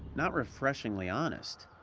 not refreshingly honest.